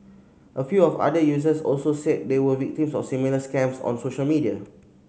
a few of other users also said they were victims of similar scams on social media